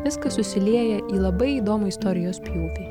viskas susilieja į labai įdomų istorijos pjūvį